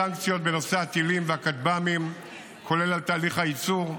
סנקציות בנושא הטילים והכטב"מים כולל על תהליך הייצור,